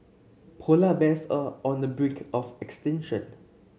polar bears are on the brink of extinction